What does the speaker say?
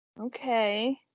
Okay